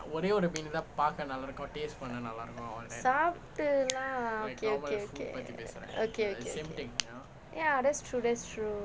சாப்பிட்டது எல்லாம்:sappitathu ellaam okay okay okay okay okay okay ya that's true that's true